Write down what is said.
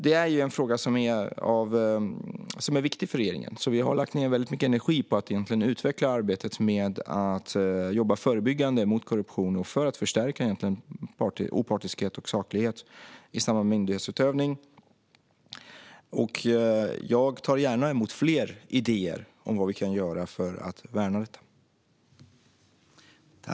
Detta är en fråga som är viktig för regeringen, så vi har lagt ned mycket energi på att utveckla det förebyggande arbetet mot korruption och förstärka opartiskhet och saklighet i samband med myndighetsutövning. Jag tar gärna emot fler idéer om vad vi kan göra för att värna detta.